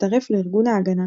הצטרף לארגון "ההגנה",